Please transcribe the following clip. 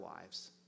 lives